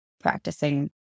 practicing